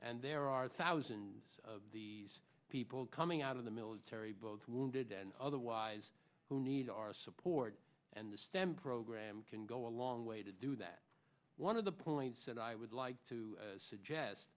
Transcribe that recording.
and there are thousands of these people coming out of the military both wounded and otherwise who need our support and the stem program can go a long way to do that one of the points that i would like to suggest